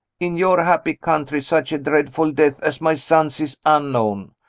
in your happy country such a dreadful death as my son's is unknown.